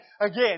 Again